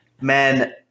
man